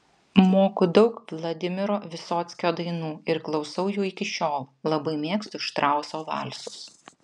moku daug vladimiro vysockio dainų ir klausau jų iki šiol labai mėgstu štrauso valsus